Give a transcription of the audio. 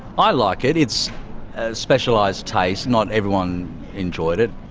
i like it. it's a specialised taste, not everyone enjoyed it.